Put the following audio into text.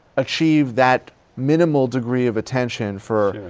achieved that minimal degree of attention for